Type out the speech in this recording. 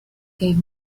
gave